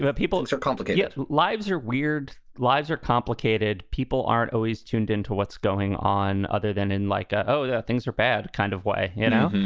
but people and are complicated, yet lives are weird lives are complicated. people aren't always tuned into what's going on other than in like. ah oh, that things are bad kind of way, you know.